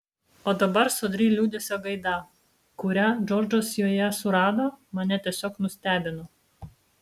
o dabar sodri liūdesio gaida kurią džordžas joje surado mane tiesiog nustebino